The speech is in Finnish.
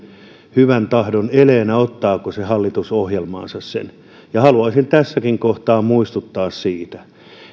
hyvän tahdon ele ottaako se hallitusohjelmaansa sen haluaisin tässäkin kohtaa muistuttaa siitä